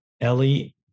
Ellie